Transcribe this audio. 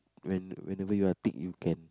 when whenever you are thick you can